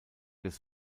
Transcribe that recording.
des